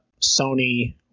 Sony